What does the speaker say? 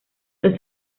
los